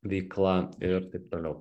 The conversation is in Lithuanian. veikla ir taip toliau